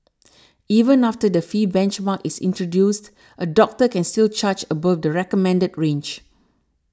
even after the fee benchmark is introduced a doctor can still charge above the recommended range